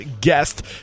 guest